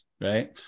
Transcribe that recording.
right